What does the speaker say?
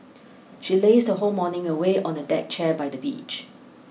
she lazed her whole morning away on a deck chair by the beach